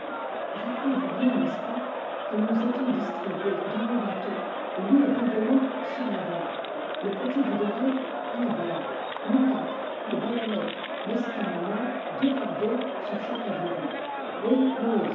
rappelez-vous bien n'est-ce pas comme nous étions dis tribués dans le bateau lui rudono sur l'avant le petit dudored à la barre nous quatre les balanec mezcam et moi deux par deux sur chaque aviron eh